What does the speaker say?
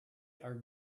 are